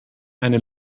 eine